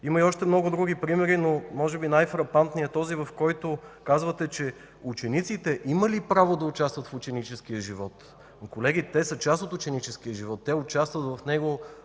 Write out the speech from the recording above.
Има още много други примери. Може би най-фрапантен е този, в който казвате, че учениците имали право да участват в ученическия живот. Колеги, те са част от ученическия живот. Те участват в него